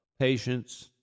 patience